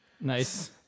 Nice